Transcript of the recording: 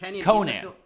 Conan